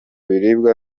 biribwa